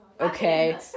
Okay